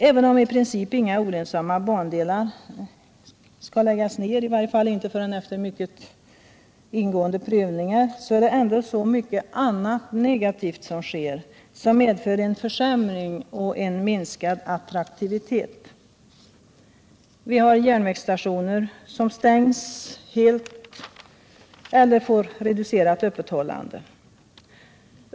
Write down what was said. Även om i princip inga olönsamma bandelar skall läggas ned, i varje fall inte förrän efter mycket ingående prövningar, är det så mycket annat negativt som sker, som medför en försämring och en minskad attraktivitet. Järnvägsstationer stängs helt eller öppenhållandet blir reducerat.